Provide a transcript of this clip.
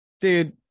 dude